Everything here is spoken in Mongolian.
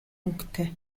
өнгөтэй